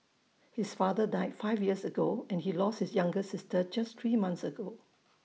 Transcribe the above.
his father died five years ago and he lost his younger sister just three months ago